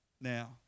now